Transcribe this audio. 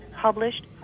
published